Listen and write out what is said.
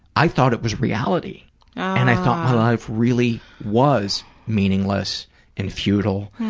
i thought it was reality and i thought my life really was meaningless and futile,